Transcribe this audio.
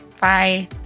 bye